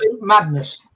madness